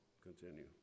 continue